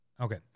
Okay